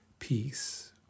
Peace